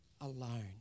alone